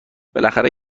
بالاخره